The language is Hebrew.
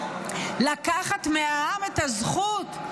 לקחת מהעם את הזכות,